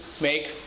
make